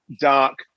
dark